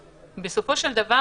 בסופו של דבר